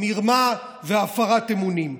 מרמה והפרת אמונים.